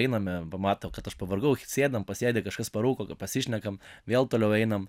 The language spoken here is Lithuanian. einame pamato kad aš pavargau sėdam pasėdi kažkas parūko pasišnekam vėl toliau einam